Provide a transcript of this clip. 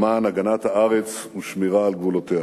למען הגנת הארץ ושמירה על גבולותיה.